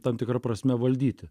tam tikra prasme valdyti